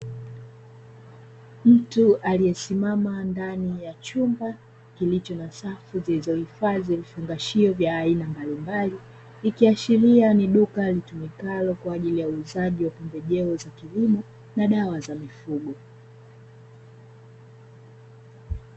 Mtu aliyesimama ndani ya chumba kilicho na safu zilizohifadhi vifungashio vya aina mbalimbali ikiashilia ni duka litumikalo kwa ajili ya uuzaji wa pembejeo za kilimo na dawa za mifugo.